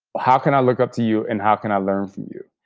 how can i look up to you and how can i learn from you.